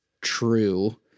true